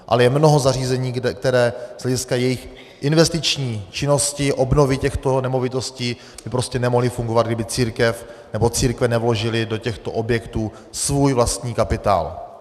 Ale je mnoho zařízení, která by z hlediska jejich investiční činnosti, obnovy těchto nemovitostí, nemohla fungovat, kdyby církev nebo církve nevložily do těchto objektů svůj vlastní kapitál.